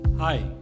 Hi